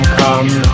come